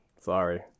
sorry